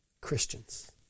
Christians